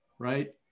Right